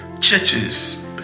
churches